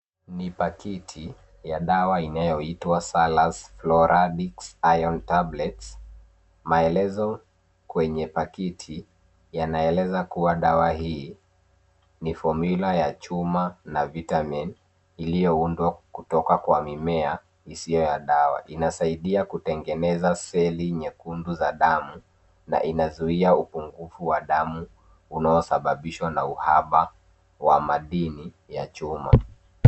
Ni pakiti ya dawa inayoitwa Salas Floradix Iron Tablets. Maelezo kwenye pakiti yanaeleza kuwa dawa hii ni fomula ya chuma na vitamini iliyoundwa kutoka kwa mimea isiyo ya dawa. Inasaidia kutengeneza seli nyekundu za damu na inazuia upungufu wa damu unaosababishwa na ukosefu wa madini ya chuma.